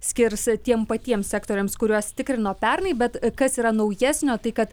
skirs tiem patiems sektoriams kuriuos tikrino pernai bet kas yra naujesnio tai kad